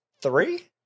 three